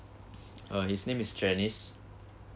uh his name is janice